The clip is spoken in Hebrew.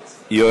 היושב-ראש.